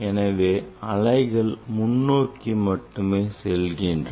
எனவே அலைகள் முன்னோக்கி மட்டுமே செல்கின்றன